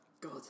God